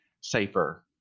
safer